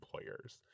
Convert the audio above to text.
employers